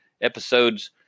episodes